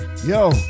Yo